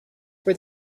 for